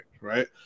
right